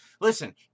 listen